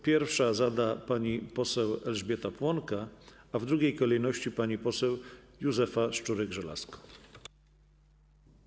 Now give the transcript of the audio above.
Pierwsza pytanie zada pani poseł Elżbieta Płonka, a w drugiej kolejności pani poseł Józefa Szczurek-Żelazko.